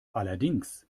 allerdings